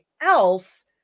else